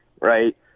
right